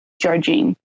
judging